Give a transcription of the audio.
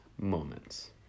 moments